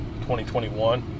2021